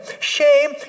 Shame